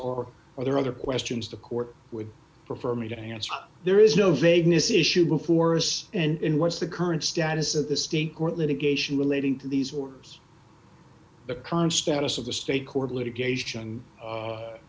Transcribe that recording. or are there other questions the court would prefer me to answer there is no vagueness issue before us and what's the current status of the state court litigation relating to these orders the current status of the state court litigation